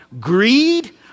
greed